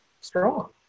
strong